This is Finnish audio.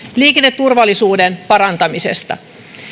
liikenneturvallisuuden parantamisesta